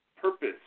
purpose